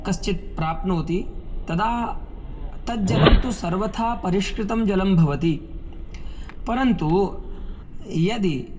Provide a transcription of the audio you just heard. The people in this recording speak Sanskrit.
कश्चिद् प्राप्नोति तदा तत् जलं तु सर्वथा परिष्कृतं जलं भवति परन्तु यदि